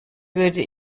würde